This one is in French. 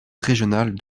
régionale